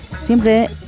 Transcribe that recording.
Siempre